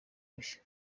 bushya